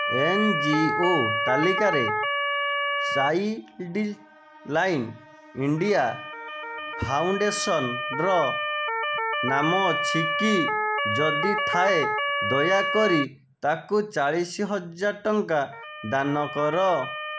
N G O ତାଲିକାରେ Childline India ଫାଉଣ୍ଡେସନ୍ର ନାମ ଅଛି କି ଯଦି ଥାଏ ଦୟାକରି ତାକୁ ଚାଳିଶ ହଜାର ଟଙ୍କା ଦାନ କର